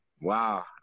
wow